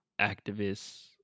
activists